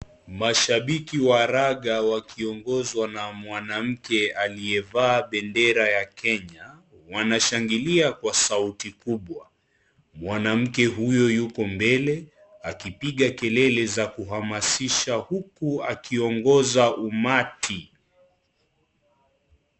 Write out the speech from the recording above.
Mashabiki wa raga wakiongozwa na mwanamke aleyevaa bendera ya Kenya wanashangilia kwa sauti kubwa mwanamke huyo yuko mbele akipiga kelele za kehamasisha huku akiongoza umati.